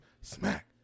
Smack